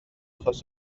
achos